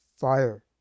fire